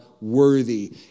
worthy